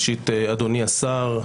אדוני השר,